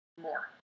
more